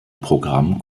programm